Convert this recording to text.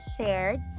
shared